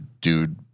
dude